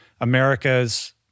America's